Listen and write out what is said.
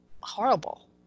horrible